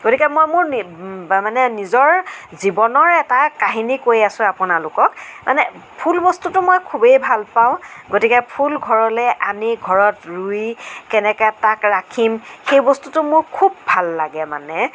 গতিকে মই মোৰ মানে নিজৰ জীৱনৰ এটা কাহিনী কৈ আছো আপোনালোকক মানে ফুল বস্তুটো মই খুবেই ভাল পাওঁ গতিকে ফুল ঘৰলৈ আনি ঘৰত ৰুই কেনেকৈ তাক ৰাখিম সেই বস্তুটো মোৰ খুব ভাল লাগে মানে